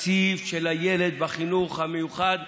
תקציב של הילד בחינוך המיוחד,